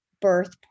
birth